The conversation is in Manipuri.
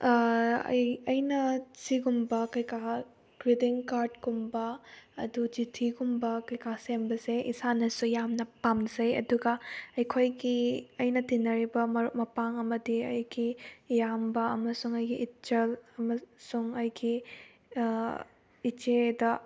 ꯑꯩ ꯑꯩꯅ ꯁꯤꯒꯨꯝꯕ ꯀꯩꯀꯥ ꯒ꯭ꯔꯤꯇꯤꯡ ꯀꯥꯔꯠꯀꯨꯝꯕ ꯑꯗꯨ ꯆꯤꯊꯤꯒꯨꯝꯕ ꯀꯩꯀꯥ ꯁꯦꯝꯕꯁꯦ ꯏꯁꯥꯅꯁꯨ ꯌꯥꯝꯅ ꯄꯥꯝꯖꯩ ꯑꯗꯨꯒ ꯑꯩꯈꯣꯏꯒꯤ ꯑꯩꯅ ꯇꯤꯟꯅꯔꯤꯕ ꯃꯔꯨꯞ ꯃꯄꯥꯡ ꯑꯃꯗꯤ ꯑꯩꯒꯤ ꯏꯌꯥꯝꯕ ꯑꯃꯁꯨꯡ ꯑꯩꯒꯤ ꯏꯆꯜ ꯑꯃꯁꯨꯡ ꯑꯩꯒꯤ ꯏꯆꯦꯗ